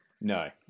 no